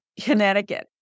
Connecticut